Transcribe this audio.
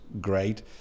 great